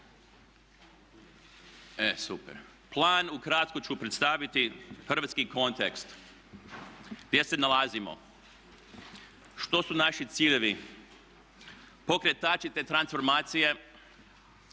Hrvatske. Plan ukratko ću predstaviti hrvatski kontekst, gdje se nalazimo, što su naši ciljevi. Pokretači te transformacije,